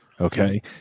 Okay